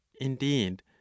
indeed